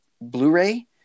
Blu-ray